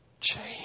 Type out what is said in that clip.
change